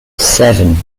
seven